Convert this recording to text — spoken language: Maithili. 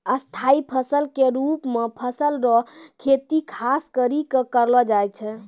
स्थाई फसल के रुप मे फल रो खेती खास करि कै करलो जाय छै